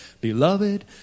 Beloved